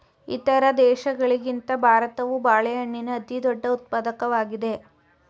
ಇತರ ದೇಶಗಳಿಗಿಂತ ಭಾರತವು ಬಾಳೆಹಣ್ಣಿನ ಅತಿದೊಡ್ಡ ಉತ್ಪಾದಕವಾಗಿದೆ